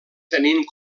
tenint